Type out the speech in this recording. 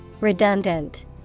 Redundant